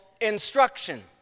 instruction